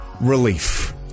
Relief